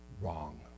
Wrong